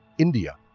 india